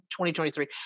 2023